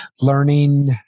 learning